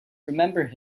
remember